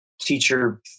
teacher